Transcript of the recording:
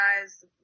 guys